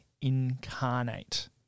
incarnate